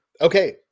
Okay